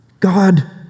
God